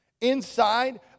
inside